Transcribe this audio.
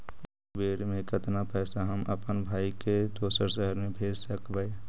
एक बेर मे कतना पैसा हम अपन भाइ के दोसर शहर मे भेज सकबै?